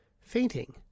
fainting